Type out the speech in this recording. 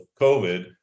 COVID